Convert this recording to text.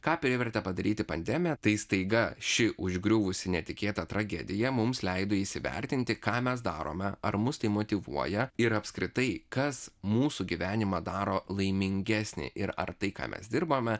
ką privertė padaryti pandemija tai staiga ši užgriuvusi netikėta tragedija mums leido įsivertinti ką mes darome ar mus tai motyvuoja ir apskritai kas mūsų gyvenimą daro laimingesnį ir ar tai ką mes dirbame